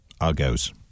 Argos